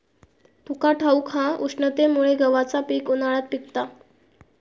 तुका ठाऊक हा, उष्णतेमुळे गव्हाचा पीक उन्हाळ्यात पिकता